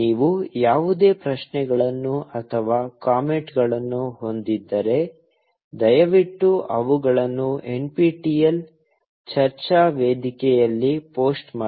ನೀವು ಯಾವುದೇ ಪ್ರಶ್ನೆಗಳನ್ನು ಅಥವಾ ಕಾಮೆಂಟ್ಗಳನ್ನು ಹೊಂದಿದ್ದರೆ ದಯವಿಟ್ಟು ಅವುಗಳನ್ನು NPTEL ಚರ್ಚಾ ವೇದಿಕೆಯಲ್ಲಿ ಪೋಸ್ಟ್ ಮಾಡಿ